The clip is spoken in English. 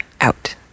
out